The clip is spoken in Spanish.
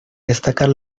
destacar